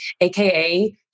aka